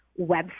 website